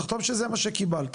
תחתום שזה מה שקיבלת,